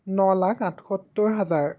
ন লাখ আঠসত্তৰ হাজাৰ